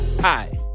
Hi